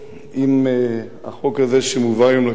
עם החוק הזה שהובא היום לכנסת,